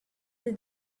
the